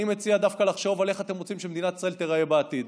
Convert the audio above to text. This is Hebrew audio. אני מציע דווקא לחשוב על איך אתם רוצים שמדינת ישראל תיראה בעתיד.